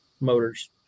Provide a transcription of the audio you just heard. motors